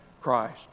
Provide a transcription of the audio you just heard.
Christ